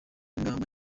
n’ingamba